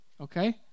Okay